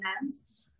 hands